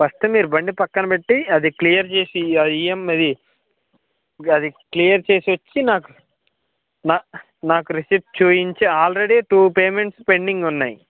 first మీరు బండి పక్కన పెట్టి అది క్లియర్ చేసి ఆ ఇఎం అది అది క్లియర్ చేసివచ్చి నాకు నాకు రిసిప్ట్ చూపించి ఆల్రెడీ టూ పేమెంట్స్ పెండింగ్ ఉన్నాయి